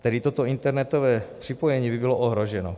Tedy toto internetové připojení by bylo ohroženo.